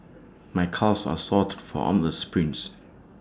my calves are sort from all the sprints